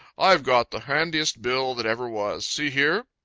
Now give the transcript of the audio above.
i've got the handiest bill that ever was. see here!